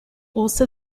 also